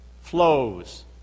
flows